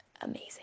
amazing